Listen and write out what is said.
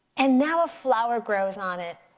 and now a flower grows on it.